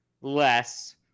less